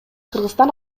кыргызстан